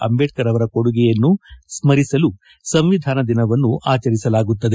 ಅಂಬೇಡ್ತರ್ ಅವರ ಕೊಡುಗೆಯನ್ನು ಸ್ತರಿಸಲು ಸಂವಿಧಾನ ದಿನವನ್ನು ಆಚರಿಸಲಾಗುತ್ತದೆ